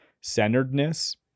centeredness